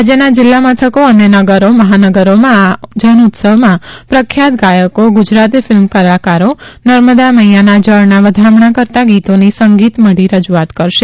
રાજ્યના જિલ્લા મથકો અને નગરો મહાનગરોમાં આ જનઉત્સવમાં પ્રખ્યાત ગાયકો ગુજરાતી ફિલ્મ કલાકારો નર્મદા મૈયાના જળના વધામણા કરતાં ગીતોની સંગીત મઢી રજૂઆત કરશે